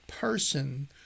person